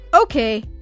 Okay